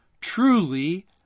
truly